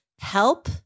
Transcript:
help